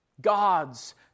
God's